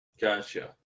Gotcha